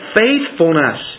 faithfulness